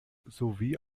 sowie